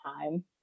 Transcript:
time